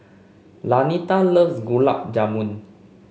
Lanita loves Gulab Jamun